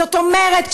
זאת אומרת,